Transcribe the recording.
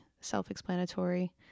self-explanatory